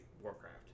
Warcraft